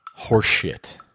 Horseshit